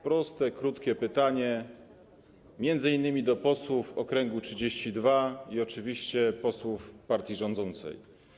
Proste, krótkie pytanie, m.in. do posłów okręgu nr 32 i oczywiście posłów partii rządzącej.